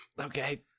Okay